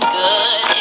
good